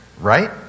right